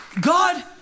God